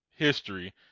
history